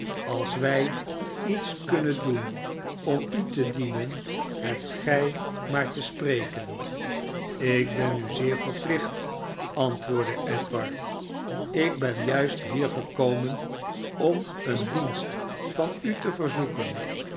als wij iets kunnen doen om u te dienen hebt gij maar te spreken ik ben u zeer verplicht antwoordde edward ik ben juist hier gekomen om een dienst van u te verzoeken